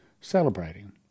celebrating